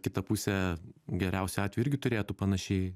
kita pusė geriausiu atveju irgi turėtų panašiai